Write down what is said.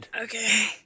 okay